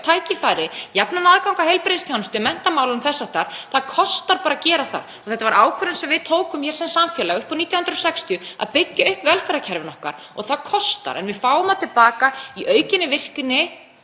tækifæri, jafnan aðgang að heilbrigðisþjónustu og í menntamálum og þess háttar, þá kostar bara að gera það. Það var ákvörðun sem við tókum hér sem samfélag upp úr 1960 að byggja upp velferðarkerfin okkar og það kostar en við fáum það til baka í aukinni virkni.